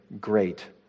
great